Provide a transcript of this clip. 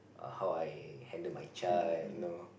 how I handle my child you know